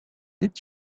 did